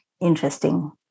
interesting